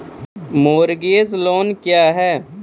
Mortgage loan क्या है?